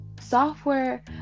software